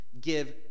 give